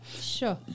Sure